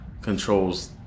controls